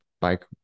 bike